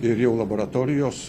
ir jau laboratorijos